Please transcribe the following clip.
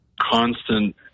constant